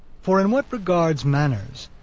for in what regards manners,